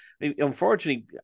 Unfortunately